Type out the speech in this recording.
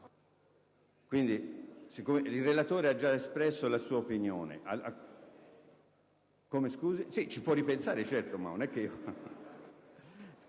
Il relatore ha già espresso la sua opinione.